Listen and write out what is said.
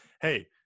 Hey